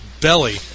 belly